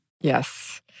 Yes